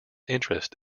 interest